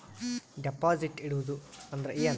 Deposit ಇಡುವುದು ಅಂದ್ರ ಏನ?